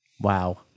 Wow